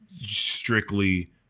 strictly